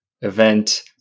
event